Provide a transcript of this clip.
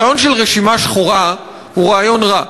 הרעיון של רשימה שחורה הוא רעיון רע.